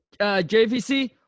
JVC